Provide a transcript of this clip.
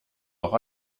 auch